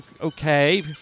Okay